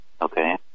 Okay